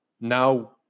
now